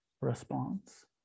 response